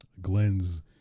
Glenn's